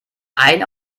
ein